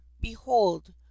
behold